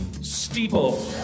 Steeple